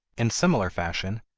in similar fashion,